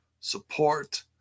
support